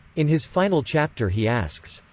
in his final chapter he asks,